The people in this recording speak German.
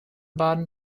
baden